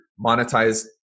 monetize